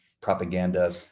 propaganda